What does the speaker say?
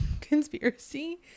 conspiracy